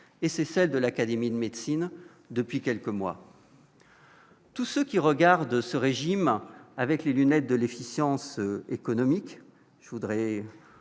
et c'est celle de l'Académie de médecine depuis quelques mois. Tous ceux qui regardent ce régime avec les lunettes de l'efficience économique, je voudrais